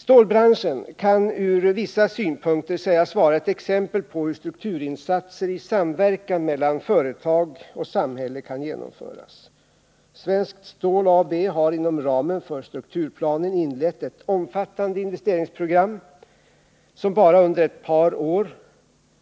Stålbranschen kan ur vissa synpunkter sägas vara ett exempel på hur strukturinsatser i samverkan mellan företag och samhälle kan genomföras. Svenskt Stål har inom ramen för strukturplanen inlett ett omfattande investeringsprogram, som bara under ett par år